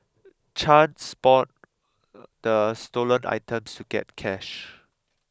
Chan spawned the stolen items to get cash